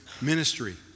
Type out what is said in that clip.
ministry